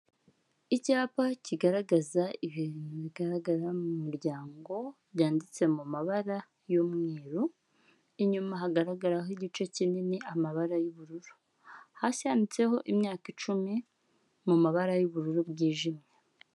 Icyapa kigaragaza ibintu bigaragara mu muryango byanditse mu mabara y'umweru, inyuma hagaragaraho igice kinini amabara y'ubururu, hasi handitseho imyaka icumi mu mabara y'ubururu bwijimye.